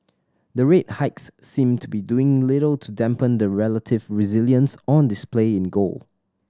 the rate hikes seem to be doing little to dampen the relative resilience on display in gold